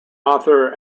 author